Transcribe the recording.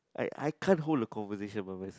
I I can't hold a conversation by myself